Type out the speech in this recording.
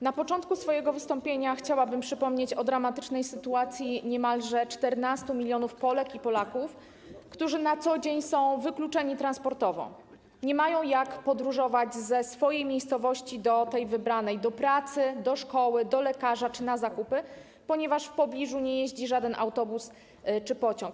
Na początku swojego wystąpienia chciałabym przypomnieć o dramatycznej sytuacji niemalże 14 mln Polek i Polaków, którzy na co dzień są wykluczeni transportowo, nie mają jak podróżować ze swojej miejscowości do tej wybranej - do pracy, szkoły, lekarza czy na zakupy - ponieważ w pobliżu nie jeździ żaden autobus czy pociąg.